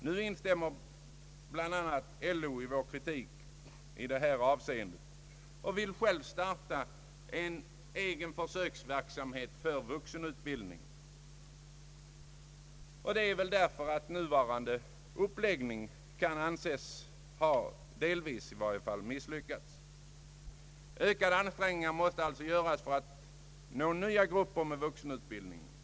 Nu instämmer bl.a. LO i vår kritik i detta avseende och vill själv starta en försöksverksamhet för vuxenutbildning, och det är väl därför att nuvarande uppläggning kan anses, i varje fall delvis, ha varit misslyckad. Ökade ansträngningar måste alltså göras för att nå nya grupper med vuxenutbildning.